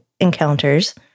encounters